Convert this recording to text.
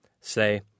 Say